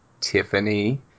Tiffany